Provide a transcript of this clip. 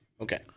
Okay